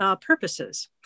purposes